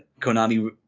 Konami